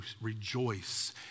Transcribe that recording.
rejoice